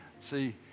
See